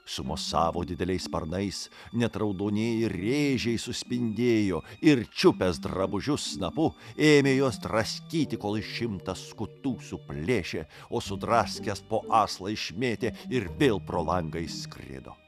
sumosavo dideliais sparnais net raudonieji rėžiai suspindėjo ir čiupęs drabužius snapu ėmė juos draskyti kol į šimtą skutų suplėšė o sudraskęs po aslą išmėtė ir vėl pro langą išskrido